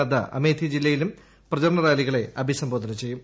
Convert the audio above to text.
നദ്ദ അമേത്തി ജില്ലയിലും പ്രചാരണ റാലികളെ അഭിസംബോധന ചെയ്യും